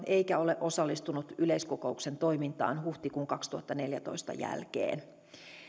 eikä ole osallistunut yleiskokouksen toimintaan huhtikuun kaksituhattaneljätoista jälkeen